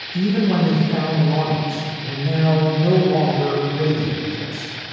even when they found an audience, were now no longer radio hits